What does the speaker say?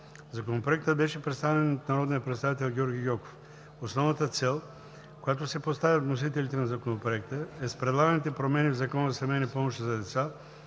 Законопроектът беше представен от народния представител Георги Гьоков. Основната цел, която си поставят вносителите на Законопроекта, е с предлаганите промени в Закона за семейни помощи за деца